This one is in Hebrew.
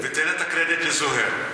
ותן את הקרדיט לזוהיר.